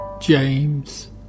James